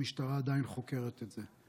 המשטרה עדיין חוקרת את זה.